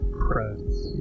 press